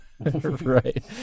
Right